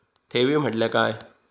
ठेवी म्हटल्या काय?